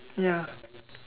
ya